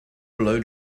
blow